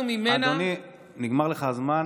נגמר לך הזמן.